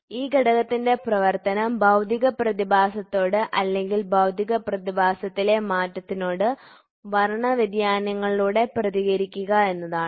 അതിനാൽ ഈ ഘടകത്തിന്റെ പ്രവർത്തനം ഭൌതിക പ്രതിഭാസത്തോട് അല്ലെങ്കിൽ ഭൌതികപ്രതിഭാസത്തിലെ മാറ്റത്തിനോട് വർണ്ണ വ്യതിയാനങ്ങളിലൂടെ പ്രതികരിക്കുക എന്നതാണ്